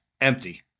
empty